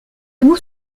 nous